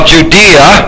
Judea